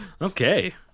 Okay